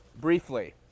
briefly